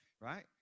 right